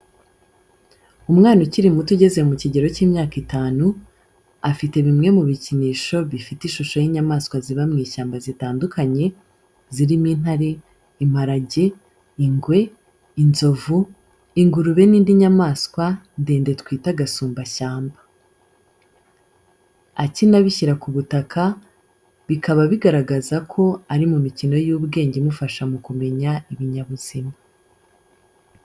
Umwana ukiri muto ugeze mu kigero cy’imyaka itanu, afite bimwe mu bikinisho bifite ishusho y’inyamaswa ziba mu ishyamba zitandukanye, zirimo intare, imparage, ingwe, inzovu, ingurube n’indi nyamanswa ndende twita gasumbashyamba. Akina abishyira ku butaka, bikaba bigaragaza ko ari mu mikino y’ubwenge imufasha mu kumenya ibinyabuzima.